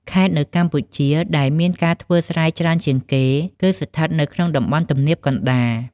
ខេត្តនៅកម្ពុជាដែលមានការធ្វើស្រែច្រើនជាងគេ គឺស្ថិតនៅក្នុងតំបន់ទំនាបកណ្តាល។